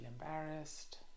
embarrassed